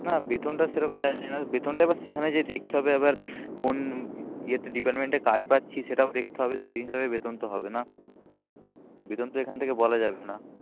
না বেতনটা সেরকম জানি না বেতনটা এবার সেখানে যেয়ে দেখতে হবে এবার কোন ইয়েতে ডিপার্টমেন্টে কাজ পাচ্ছি সেটাও দেখতে হবে সেই হিসাবেই বেতন তো হবে না বেতন তো এখান থেকে বলা যাবে না